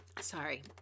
Sorry